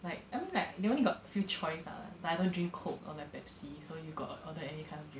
like I mean like they only got few choice lah but I don't drink Coke or like Pepsi so you got order any kind of drinks